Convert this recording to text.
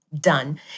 done